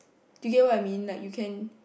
do you get what I mean like you can